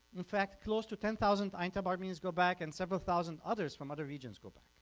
in fact, close to ten thousand aintab armenians go back and several thousand others from other regions go back.